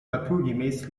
naturgemäß